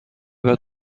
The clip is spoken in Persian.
بعد